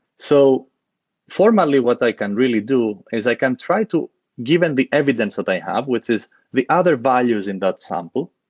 so formally, what i can really do is i can try to given the evidence that they i have, which is the other values in that sample,